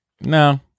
No